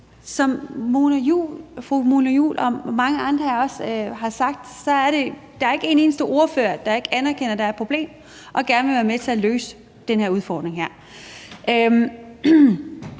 Som fru Mona Juul og mange andre også har sagt, er der ikke en eneste ordfører, der ikke anerkender, at der er et problem, og gerne vil være med til at løse den her udfordring.